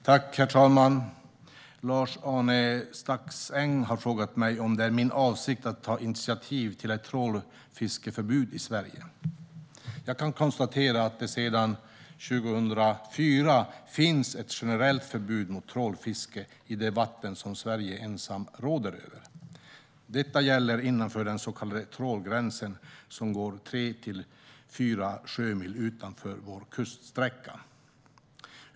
Herr talman! Lars-Arne Staxäng har frågat mig om det är min avsikt att ta initiativ till ett trålfiskeförbud i Sverige. Jag kan konstatera att det sedan 2004 finns ett generellt förbud mot trålfiske i de vatten som Sverige ensamt råder över. Detta gäller innanför den så kallade trålgränsen, som går tre till fyra sjömil utanför vår kuststräcka.